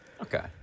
Okay